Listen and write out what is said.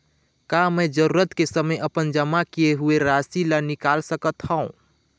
का मैं जरूरत के समय अपन जमा किए हुए राशि ला निकाल सकत हव?